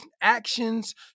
Actions